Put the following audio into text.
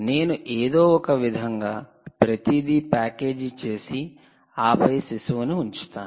నేను ఏదో ఒకవిధంగా ప్రతిదీ ప్యాకేజీ చేసి ఆపై శిశువును ఉంచుతాను